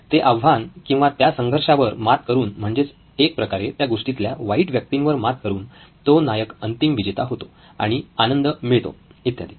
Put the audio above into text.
ते आव्हान किंवा त्या संघर्षावर मात करून म्हणजेच एक प्रकारे त्या गोष्टीतल्या वाईट व्यक्तींवर मात करून तो नायक अंतिम विजेता होतो आणि आनंद मिळतो इत्यादी